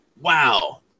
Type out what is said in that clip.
Wow